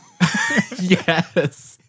yes